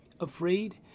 afraid